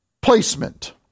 placement